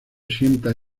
sienta